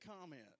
comment